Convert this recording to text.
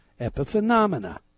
epiphenomena